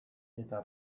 eta